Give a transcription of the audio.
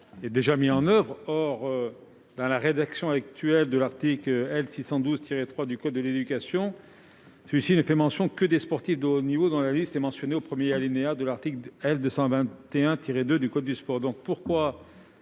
déjà mise en oeuvre. Pourtant, dans sa rédaction actuelle, l'article L. 612-3 du code de l'éducation ne fait mention que des sportifs de haut niveau, dont la liste est mentionnée au premier alinéa de l'article L. 221-2 du code du sport.